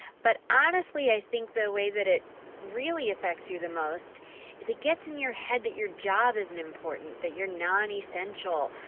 but, honestly, i think the way that it really affects you the most is, it gets in your head that your job isn't important, that you're nonessential,